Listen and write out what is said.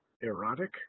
erotic